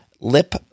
lip